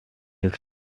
his